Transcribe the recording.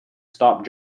stop